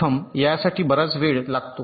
प्रथम यासाठी बराच वेळ लागतो